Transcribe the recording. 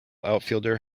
outfielder